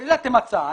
העליתם הצעה.